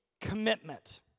commitment